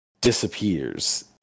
disappears